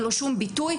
אין לו שום ביטוי,